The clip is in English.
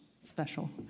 special